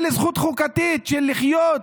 זו זכות חוקתית של לחיות,